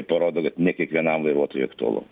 parodo kad ne kiekvienam vairuotojui aktualu